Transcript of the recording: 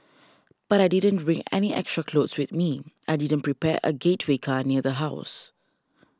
but I didn't bring any extra clothes with me I didn't prepare a getaway car near the house